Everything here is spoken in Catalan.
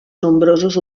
nombrosos